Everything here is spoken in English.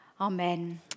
Amen